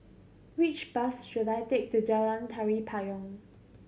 which bus should I take to Jalan Tari Payong